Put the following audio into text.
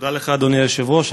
תודה לך, אדוני היושב-ראש.